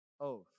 oath